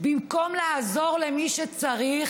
במקום לעזור למי שצריך,